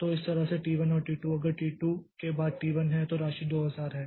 तो इस तरह से टी 1 से टी 2 अगर टी 2 के बाद टी 1 है तो राशि 2000 है